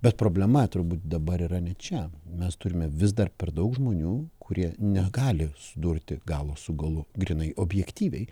bet problema turbūt dabar yra ne čia mes turime vis dar per daug žmonių kurie negali sudurti galo su galu grynai objektyviai